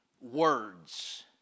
words